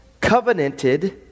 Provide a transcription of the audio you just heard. covenanted